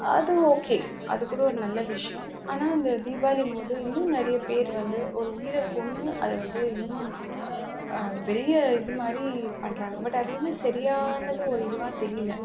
அது ஓகே அது கூட ஒரு நல்ல விஷயம் ஆனால் இந்த தீபாவளிங்கும்போது இன்னும் நிறையப்பேர் வந்து ஒரு உயிரை கொன்று அதை வந்து இன்னும் பெரிய இதுமாதிரி பண்ணுறாங்க பட் அது வந்து சரியானது ஒரு இதுவாக தெரியல